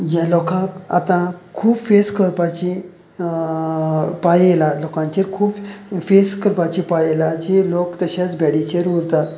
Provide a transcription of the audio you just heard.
ज्या लोकांक आतां खूब फेस करपाची पाळी येला लोकांचेर खूब फेस करपाची पाळी येलां जी लोक तशेंच बॅडीचेर उरतात